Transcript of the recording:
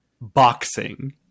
Boxing